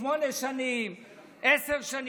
שמונה שנים או עשר שנים,